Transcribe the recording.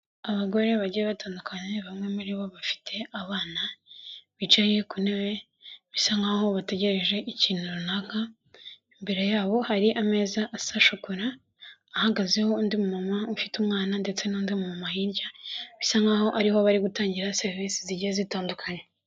Abagore bagiye batandukanye, bamwe muri bo bafite abana bicaye ku ntebe bisa nkaho bategereje ikintu runaka, imbere yabo hari ameza asa shokora ahagazeho undi muntu ufite umwana ndetse n'undi mu mama, hirya bisa nkaho ariho bari gutangira serivisi zigiye zitandukanye.